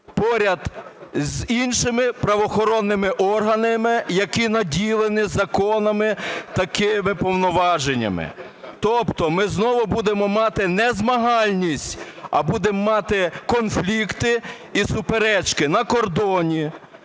поряд з іншими правоохоронними органами, які наділені законами такими повноваженнями. Тобто ми знову будемо мати не змагальність, а будемо мати конфлікти і суперечки на кордоні,